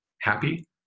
happy